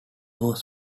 was